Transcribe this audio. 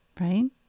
Right